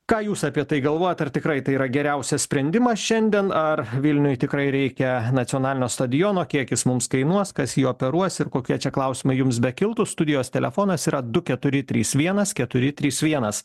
ką jūs apie tai galvojat ar tikrai tai yra geriausias sprendimas šiandien ar vilniui tikrai reikia nacionalinio stadiono kiek jis mums kainuos kas jį operuos ir kokie čia klausimai jums bekiltų studijos telefonas yra du keturi trys vienas keturi trys vienas